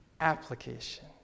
application